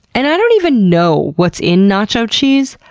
and i don't even know what's in nacho cheese,